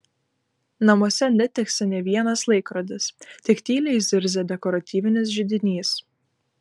namuose netiksi nė vienas laikrodis tik tyliai zirzia dekoratyvinis židinys